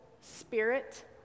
spirit